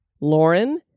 Lauren